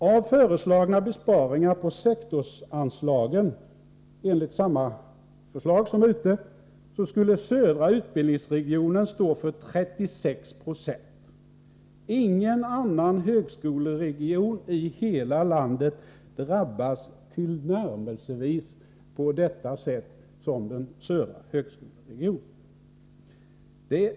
Av föreslagna besparingar på sektorsanslagen skulle södra utbildningsregionen stå för 36 96. Ingen annan högskoleregion i hela landet drabbas tillnärmelsevis på det sätt som den södra högskoleregionen.